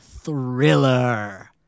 Thriller